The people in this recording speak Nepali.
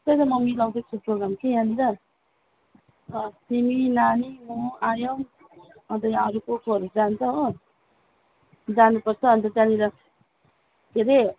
त्यही त म मिलाउँदैछु प्रोग्राम कि यहाँनिर तिमी नानी म आयम अनि त यहाँ अरू को कोहरू जान्छ हो जानुपर्छ अनि त त्यहाँनिर के रे